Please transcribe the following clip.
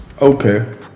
Okay